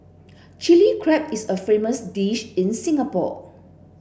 Chilli Crab is a famous dish in Singapore